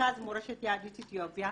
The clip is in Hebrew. מרכז מורשת יהדות אתיופיה,